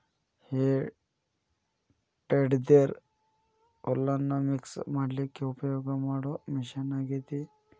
ಹೇ tedder ಹುಲ್ಲನ್ನ mix ಮಾಡ್ಲಿಕ್ಕೆ ಉಪಯೋಗ ಮಾಡೋ ಮಷೇನ್ ಆಗೇತಿ